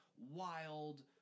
wild